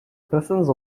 presence